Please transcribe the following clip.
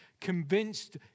convinced